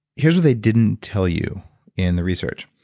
here's what they didn't tell you in the research,